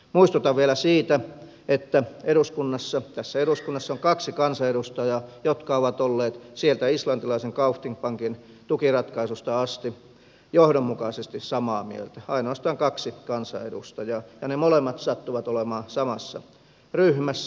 muistutan vielä siitä että tässä eduskunnassa on kaksi kansanedustajaa jotka ovat olleet sieltä islantilaisen kaupthing pankin tukiratkaisusta asti johdonmukaisesti samaa mieltä ainoastaan kaksi kansanedustajaa ja ne molemmat sattuvat olemaan samassa ryhmässä